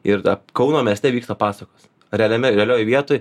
ir kauno mieste vyksta pasakos realiame realioj vietoj